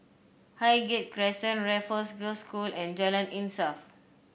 Highgate Crescent Raffles Girls' School and Jalan Insaf